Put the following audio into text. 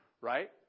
Right